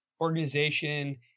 organization